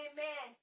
Amen